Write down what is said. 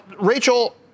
Rachel